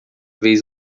vez